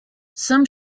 some